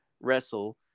wrestle